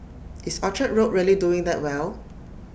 is Orchard road really doing that well